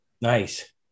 Nice